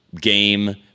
game